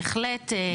בהחלט.